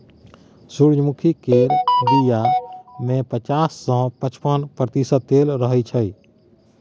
सूरजमुखी केर बीया मे पचास सँ पचपन प्रतिशत तेल रहय छै